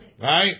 Right